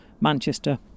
Manchester